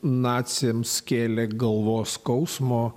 naciams kėlė galvos skausmo